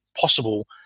possible